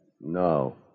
No